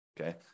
Okay